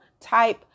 type